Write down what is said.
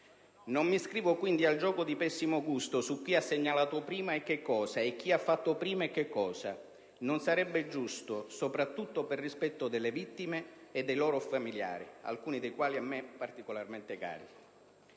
Non mi iscrivo, quindi, al gioco di pessimo gusto su chi ha segnalato prima e che cosa e chi ha fatto prima e che cosa. Non sarebbe giusto, soprattutto per rispetto delle vittime e dei loro familiari, alcuni dei quali a me particolarmente cari.